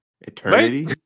Eternity